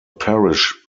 parish